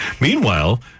Meanwhile